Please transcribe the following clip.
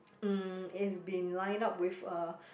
mm it's been line up with uh